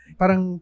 parang